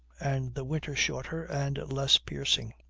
and the winter shorter and less piercing.